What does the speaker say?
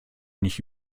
nicht